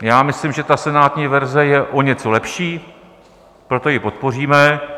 Já myslím, že senátní verze je o něco lepší, proto ji podpoříme.